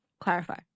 Clarify